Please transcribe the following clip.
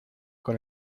con